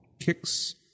kicks